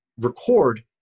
record